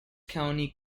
county